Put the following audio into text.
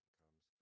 comes